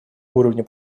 уровня